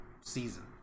season